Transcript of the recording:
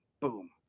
Boom